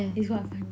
it's quite fun